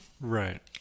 Right